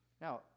Now